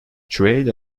trade